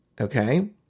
Okay